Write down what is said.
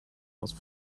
house